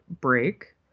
break